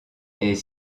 est